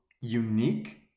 unique